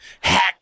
Hack